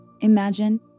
Imagine